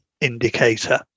indicator